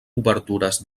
obertures